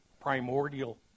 Primordial